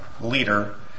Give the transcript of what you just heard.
leader